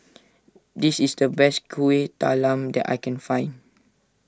this is the best Kuih Talam that I can find